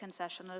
concessional